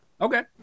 okay